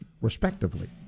respectively